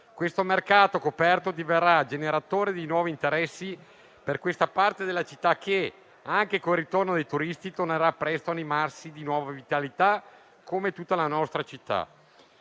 Questo mercato coperto diverrà generatore di nuovi interessi per questa parte della città che, anche con il ritorno dei turisti, tornerà presto ad animarsi di nuova vitalità, come tutta la nostra